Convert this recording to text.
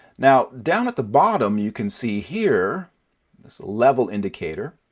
now, down at the bottom you can see here this level indicator.